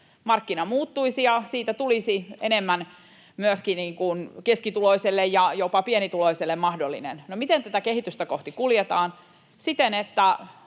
markkina muuttuisi ja siitä tulisi enemmän myöskin keskituloiselle ja jopa pienituloiselle mahdollinen. No, miten tätä kehitystä kohti kuljetaan? Siten, että